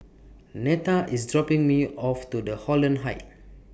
Netta IS dropping Me off to The Holland Heights